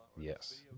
Yes